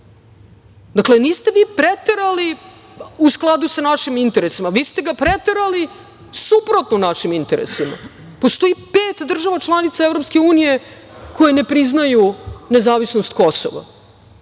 Dakle, niste vi preterali u skladu sa našim interesima, vi ste ga preterali suprotno našim interesima. Postoji pet država članica Evropske unije koje ne priznaju nezavisnost Kosova,